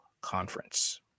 conference